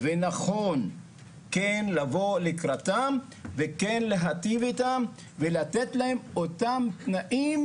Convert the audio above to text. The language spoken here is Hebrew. ונכון כן לבוא לקראתם וכן להיטיב איתם ולתת להם אותם תנאים